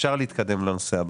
אפשר להתקדם לנושא הבא.